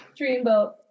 Dreamboat